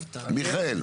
מיכאל.